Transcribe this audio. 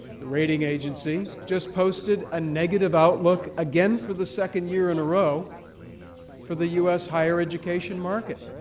the rating agency, just posted a negative outlook again for the second year in a row for the u s. higher education market.